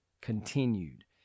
continued